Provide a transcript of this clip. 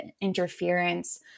interference